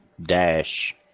dash